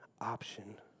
option